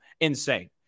Insane